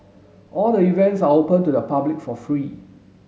all the events are open to the public for free